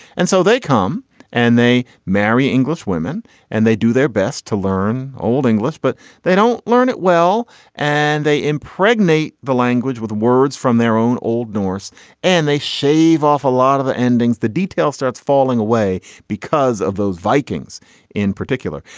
and so they come and they marry english women and they do their best to learn old english but they don't learn it well and they impregnate the language with words from their own old norse and they shave off a lot of the endings the detail starts falling away because of those vikings in particular.